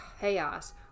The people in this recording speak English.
chaos